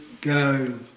go